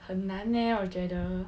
很难 eh 我觉得